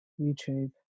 YouTube